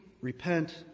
repent